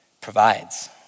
provides